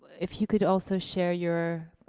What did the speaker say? if you could also share your,